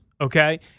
okay